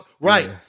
Right